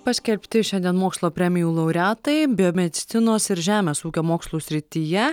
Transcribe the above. paskelbti šiandien mokslo premijų laureatai biomedicinos ir žemės ūkio mokslų srityje